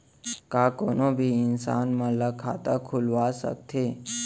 का कोनो भी इंसान मन ला खाता खुलवा सकथे?